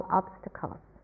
obstacles